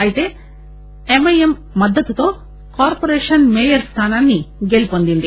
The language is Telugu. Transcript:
అయితే యంఐఎం మద్దతుతో కార్పొరేషన్ మేయర్ స్థానాన్ని గెలుపొందింది